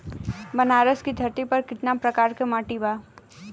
बनारस की धरती पर कितना प्रकार के मिट्टी बा?